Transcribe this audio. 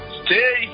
stay